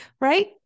Right